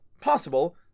Possible